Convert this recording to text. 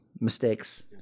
mistakes